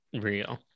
real